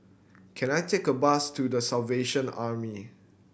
can I take a bus to The Salvation Army